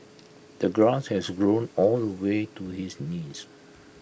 the grass has grown all the way to his knees